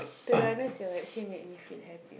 to be honest you actually make me feel happy